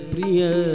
Priya